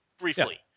briefly